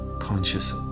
conscious